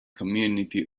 community